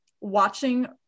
watching